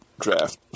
Draft